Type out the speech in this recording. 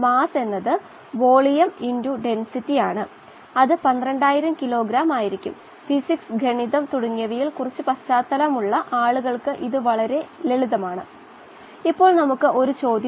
ഈ സാഹചര്യത്തിൽ നമ്മൾ ആശയപരമായ സിസ്റ്റം തിരഞ്ഞെടുക്കാൻ പോകുന്നു എന്തുകൊണ്ടാണ് നമ്മൾ അത്തരം ഒരു സിസ്റ്റം തിരഞ്ഞെടുക്കുന്നത് എന്നത് പിന്നീട് അല്പം കൂടുതൽ വ്യക്തമാകും അത് ഞാൻ പറയും